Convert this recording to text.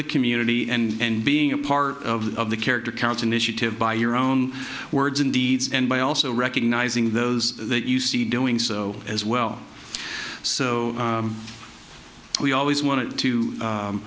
the community and being a part of the character counts initiative by your own words and deeds and by also recognizing those that you see doing so as well so we always wanted to